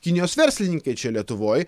kinijos verslininkai čia lietuvoj